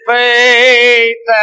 faith